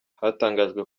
hatangajwe